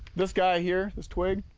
this guy here, this twig